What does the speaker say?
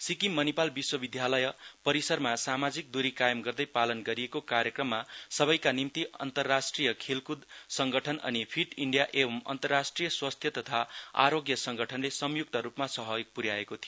सिक्किम मणिपाल विश्वविदयालय परिसरमा सामाजिक द्री कायम गर्दै पालन गरिएको कार्यक्रममा सबैका निम्ति अन्तरराष्ट्रिय खेलक्द संङ्गठन अनि फिट इण्डिया एवं अन्तरराष्ट्रिय स्वास्थ्य तथा आरोग्य सङ्गठनले संयुक्त रूपमा सहयोग पुन्याएको थियो